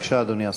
בבקשה, אדוני השר.